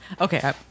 Okay